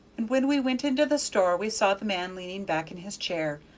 and when we went into the store we saw the man leaning back in his chair,